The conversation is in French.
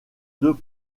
deux